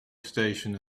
station